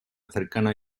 cercana